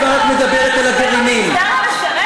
אתם המגזר המשרת?